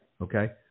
Okay